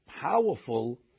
powerful